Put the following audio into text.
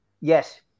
yes